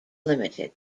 limited